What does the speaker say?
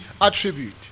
attribute